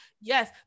Yes